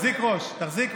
תחזיק ראש.